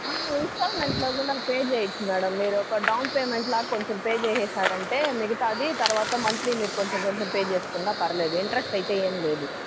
ఇన్స్టాల్మెంట్స్లో కూడా పే చేయొచ్చు మేడం మీరు ఒక డౌన్ పేమెంట్ లాగా కొంచెం పే చేశేసారంటే మిగతాది తరువాత మంత్లీ మీరు కొంచెం కొంచెం పే చేసుకున్నా పర్వాలేదు ఇంట్రెస్ట్ అయితే ఏమి లేదు